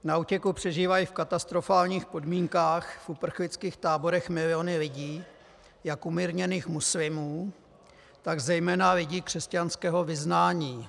Na útěku přežívají v katastrofálních podmínkách v uprchlických táborech miliony lidí, jak umírněných muslimů, tak zejména lidí křesťanského vyznání.